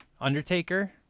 Undertaker